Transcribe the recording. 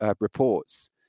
reports